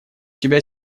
тебя